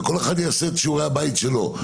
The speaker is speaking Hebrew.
וכל אחד יעשה את שיעורי הבית שלו.